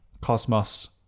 cosmos